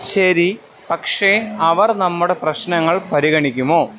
ശരി പക്ഷേ അവർ നമ്മുടെ പ്രശ്നങ്ങൾ പരിഗണിക്കുമോ